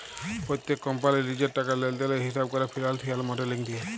প্যত্তেক কম্পালির লিজের টাকা লেলদেলের হিঁসাব ক্যরা ফিল্যালসিয়াল মডেলিং দিয়ে